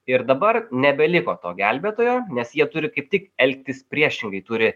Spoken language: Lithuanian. ir dabar nebeliko to gelbėtojo nes jie turi kaip tik elgtis priešingai turi